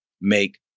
make